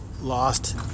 lost